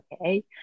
okay